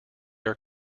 are